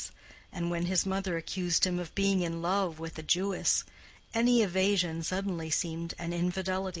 and when his mother accused him of being in love with a jewess any evasion suddenly seemed an infidelity.